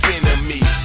Enemy